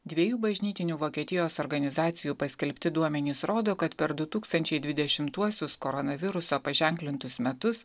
dviejų bažnytinių vokietijos organizacijų paskelbti duomenys rodo kad per du tūkstančiai dvidešimtuosius koronaviruso paženklintus metus